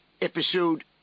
Episode